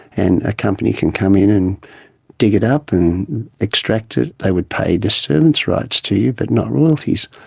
and a company can come in and dig it up and extract it. they will pay disturbance rights to you but not royalties.